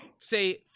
say